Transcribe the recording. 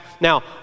Now